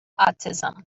autism